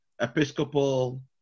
Episcopal